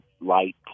light